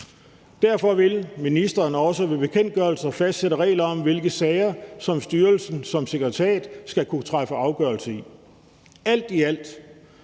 Derfor vil ministeren også ved bekendtgørelser fastsætte regler om, hvilke sager styrelsen som sekretariat skal kunne træffe afgørelse i. Alt i alt